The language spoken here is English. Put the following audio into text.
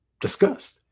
discussed